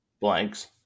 blanks